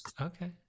Okay